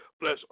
Bless